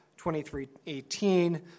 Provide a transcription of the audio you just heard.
2318